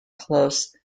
close